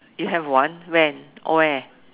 you have one when where